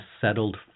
settled